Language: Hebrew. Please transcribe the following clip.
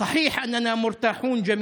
מדובר בחוק גזעני.